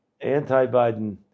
anti-Biden